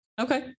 Okay